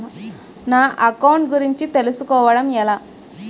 నా అకౌంట్ గురించి తెలుసు కోవడం ఎలా?